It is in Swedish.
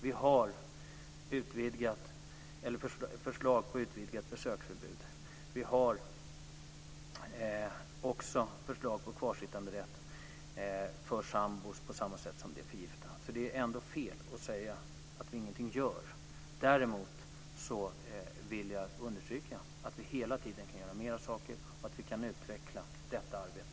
Vi har förslag på utvidgat besöksförbud. Vi har också förslag på kvarsittanderätt för sambor på samma sätt som för gifta. Det är fel att säga att vi ingenting gör. Däremot vill jag understryka att vi hela tiden kan göra fler saker och utveckla detta arbete.